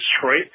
Detroit